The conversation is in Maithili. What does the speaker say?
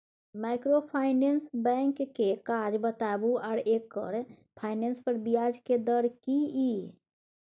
माइक्रोफाइनेंस बैंक के काज बताबू आ एकर फाइनेंस पर ब्याज के दर की इ?